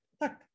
look